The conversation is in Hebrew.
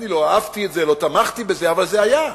לא אהבתי את זה, לא תמכתי בזה, אבל זה היה.